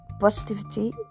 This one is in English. positivity